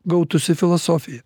gautųsi filosofija